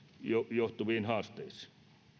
johtuviin haasteisiin